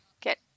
get